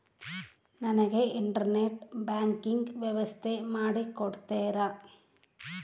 ನನಗೆ internet banking ವ್ಯವಸ್ಥೆ ಮಾಡಿ ಕೊಡ್ತೇರಾ?